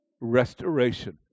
restoration